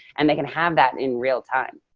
and they can have that in real time.